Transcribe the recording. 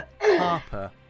Harper